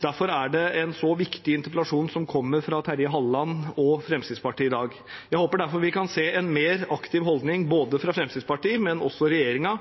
Derfor er det en så viktig interpellasjon som kommer fra Terje Halleland og Fremskrittspartiet i dag. Jeg håper derfor vi kan se en mer aktiv holdning fra både Fremskrittspartiet og regjeringen,